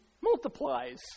multiplies